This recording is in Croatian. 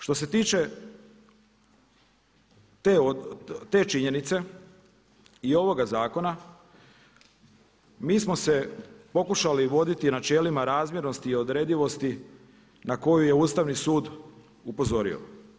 Što se tiče te činjenice i ovoga zakona mi smo se pokušali voditi načelima razmjernosti i odredivosti na koju je Ustavni sud upozorio.